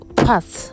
path